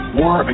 war